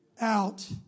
out